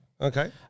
Okay